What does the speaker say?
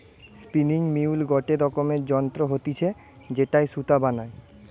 spinning mule গটে রকমের যন্ত্র হতিছে যেটায় সুতা বানায়